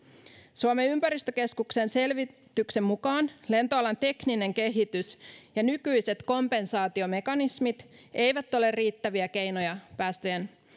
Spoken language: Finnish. suomen ympäristökeskuksen selvityksen mukaan lentoalan tekninen kehitys ja nykyiset kompensaatiomekanismit eivät ole riittäviä keinoja päästöjen